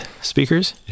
speakers